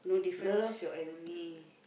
love your enemy